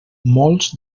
molts